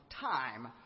time